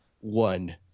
one